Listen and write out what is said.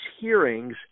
hearings